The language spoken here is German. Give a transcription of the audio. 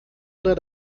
oder